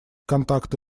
контакты